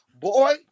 Boy